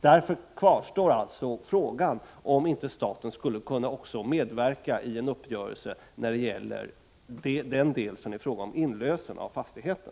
Därför kvarstår frågan om inte staten skulle kunna medverka i en uppgörelse när det gäller den del som rör inlösen av fastigheten.